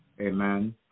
Amen